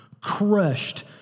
crushed